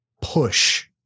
push